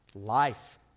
life